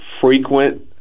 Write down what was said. frequent